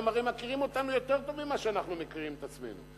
הם הרי מכירים אותנו יותר טוב ממה שאנחנו מכירים את עצמנו,